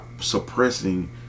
suppressing